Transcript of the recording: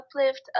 uplift